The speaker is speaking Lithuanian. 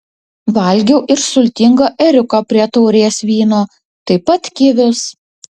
valgiau ir sultingą ėriuką prie taurės vyno taip pat kivius